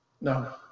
no